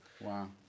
Wow